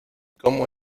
cómo